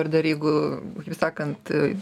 ir dar jeigu kaip sakant